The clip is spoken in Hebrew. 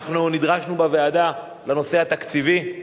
אנחנו נדרשנו בוועדה לנושא התקציבי,